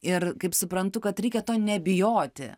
ir kaip suprantu kad reikia to nebijoti